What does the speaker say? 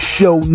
Show